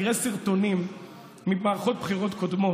תראה סרטונים ממערכות בחירות קודמות,